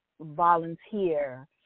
volunteer